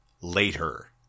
later